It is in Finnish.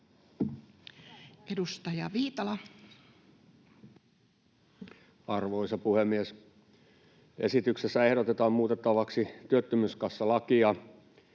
16:00 Content: Arvoisa puhemies! Esityksessä ehdotetaan muutettavaksi työttömyyskassalakia,